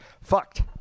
Fucked